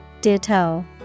Ditto